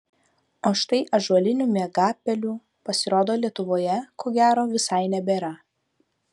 o štai ąžuolinių miegapelių pasirodo lietuvoje ko gero visai nebėra